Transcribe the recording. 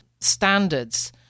standards